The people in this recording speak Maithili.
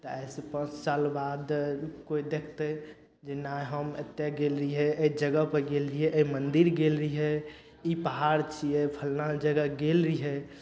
तऽ आइसँ पाँच साल बाद ई कोइ देखतय जे नहि हम एतय गेल रहियै अइ जगहपर गेल रहियै अइ मन्दिर गेल रहियै तऽ ई पहाड़ छियै फल्लाँ जगह गेल रहियै